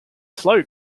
slow